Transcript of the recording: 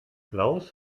klaus